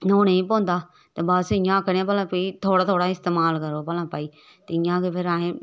न्होने बी पौंदा ते बस इ'यां आखने भलां कोई थोह्ड़ा थोह्ड़ा इस्तेमाल करो भलां भाई ते इ'यां ते फिर अहें